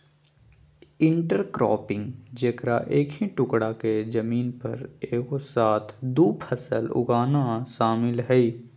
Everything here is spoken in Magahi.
इंटरक्रॉपिंग जेकरा एक ही टुकडा के जमीन पर एगो साथ दु फसल उगाना शामिल हइ